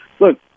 Look